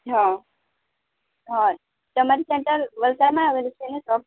હાં તમારું સેન્ટર વલસાડમાં આવેલું છે ને